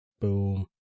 Boom